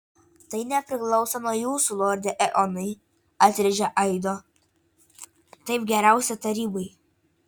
tai nepriklauso nuo jūsų lorde eonai atrėžė aido taip geriausia tarybai